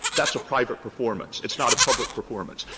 that's a private performance. it's not a public performance.